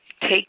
take